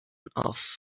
off